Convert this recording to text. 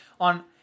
on